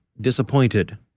disappointed